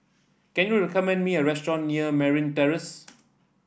can you recommend me a restaurant near Merryn Terrace